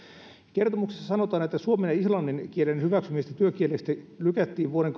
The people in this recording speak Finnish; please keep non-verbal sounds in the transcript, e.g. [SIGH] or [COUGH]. kertomuksessa sanotaan että suomen ja islannin kielen hyväksymistä työkieleksi lykättiin vuoden [UNINTELLIGIBLE]